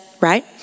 right